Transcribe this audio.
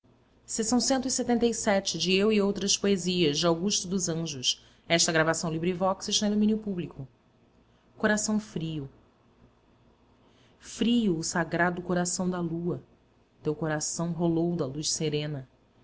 estes dardos acúleos caíam também da dor lá dos braços hercúleos domados pela meiga ônfale a que me rendo coração frio frio o sagrado coração da lua teu coração rolou da luz serena